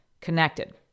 connected